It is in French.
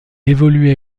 évoluait